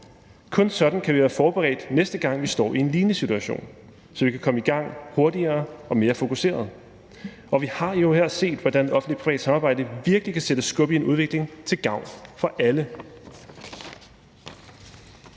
Kun sådan kan vi være forberedte, næste gang vi står i en lignende situation, så vi kan komme i gang hurtigere og mere fokuseret. Og vi har jo her set, hvordan offentlig-privat samarbejde virkelig kan sætte skub i en udvikling til gavn for alle.